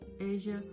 Asia